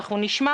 נשמע